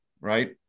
right